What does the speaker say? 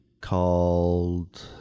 called